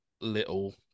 little